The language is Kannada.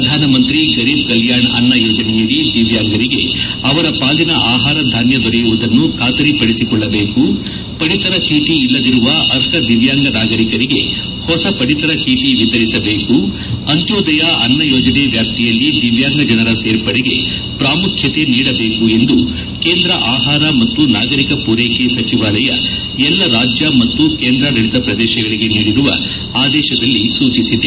ಪ್ರಧಾನಮಂತ್ರಿ ಗರೀಬ್ ಕಲ್ಯಾಣ್ ಅನ್ನ ಯೋಜನೆಯಡಿ ದಿವ್ಯಾಂಗರಿಗೆ ಅವರ ಪಾಲಿನ ಆಹಾರಧಾನ್ಯ ದೊರೆಯುವುದನ್ನು ಖಾತರಿ ಪದಿಸಿಕೊಳ್ಳಬೇಕು ಪದಿತರ ಚೀಟಿ ಇಲ್ಲದಿರುವ ಅರ್ಹ ದಿವ್ಯಾಂಗ ನಾಗರಿಕರಿಗೆ ಹೊಸ ಪಡಿತರ ಚೇಟಿ ವಿತರಿಸಬೇಕು ಅಂತ್ಯೋದಯ ಅನ್ನ ಯೋಜನೆ ವ್ಯಾಪ್ತಿಯಲ್ಲಿ ದಿವ್ಯಾಂಗ ಜನರ ಸೇರ್ಪಡೆಗೆ ಪ್ರಾಮುಖ್ಯತೆ ನೀಡಬೇಕು ಎಂದು ಕೇಂದ್ರ ಆಹಾರ ಮತ್ತು ನಾಗರಿಕ ಪೂರೈಕೆ ಸಚಿವಾಲಯ ಎಲ್ಲ ರಾಜ್ಯ ಮತ್ತು ಕೇಂದ್ರಾಡಳಿತ ಪ್ರದೇಶಗಳಿಗೆ ನೀಡಿರುವ ಆದೇಶದಲ್ಲಿ ಸೂಚಿಸಿದೆ